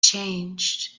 changed